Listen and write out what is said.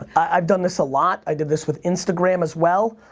i've done this a lot. i did this with instagram, as well.